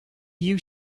you